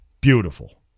Beautiful